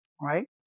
right